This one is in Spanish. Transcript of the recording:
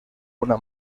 una